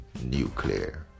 nuclear